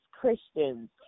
Christians